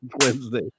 Wednesday